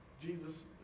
Jesus